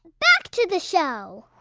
back to the show